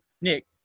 Nick